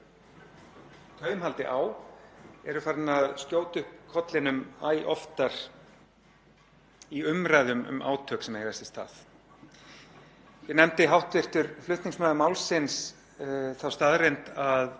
Hér nefndi hv. flutningsmaður málsins þá staðreynd að forseti Rússlands nefndi í tengslum við hótanir sínar í garð Úkraínu áður en hann réðst þar inn fyrir tveimur árum